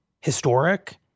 historic